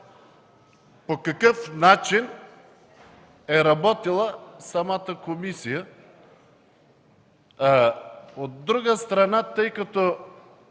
по какъв начин е работила самата комисия. От друга страна, тъй като